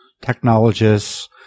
technologists